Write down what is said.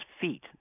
feet